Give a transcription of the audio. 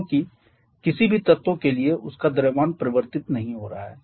क्योंकि किसी भी तत्वों के लिए उसका द्रव्यमान परिवर्तित नहीं हो रहा है